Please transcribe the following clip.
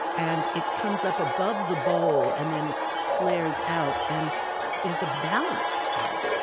and it comes up above the bowl and then flares out. and there's a balance to it.